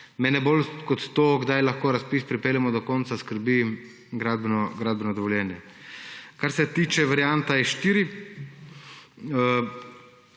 Mene bolj kot to, kdaj lahko razpis pripeljemo do konca, skrbi gradbeno dovoljenje. Kar se tiče variante S4,